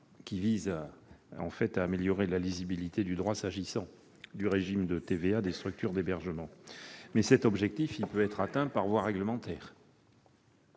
qui vise à améliorer la lisibilité du droit s'agissant du régime de TVA applicable aux structures d'hébergement. Mais cet objectif peut être atteint par voie réglementaire,